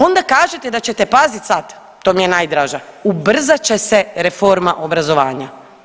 Onda kažete da ćete pazi sad to mi je najdraža, ubrzat će se reforma obrazovanja.